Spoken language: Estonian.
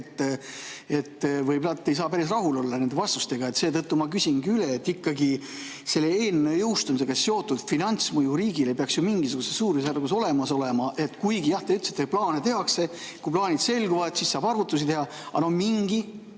võib-olla ei saa päris rahul olla nende vastustega. Seetõttu ma küsingi üle. Ikkagi selle eelnõu jõustumisega seotud finantsmõju riigile peaks ju mingisuguses suurusjärgus olemas olema. Kuigi jah, te ütlesite, et plaane tehakse, kui plaanid selguvad, siis saab arvutusi teha. Aga mingi